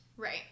Right